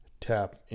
tap